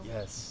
Yes